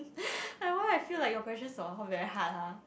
why I feel like your question are all very hard ah